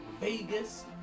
Vegas